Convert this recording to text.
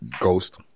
ghost